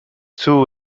too